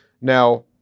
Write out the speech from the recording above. Now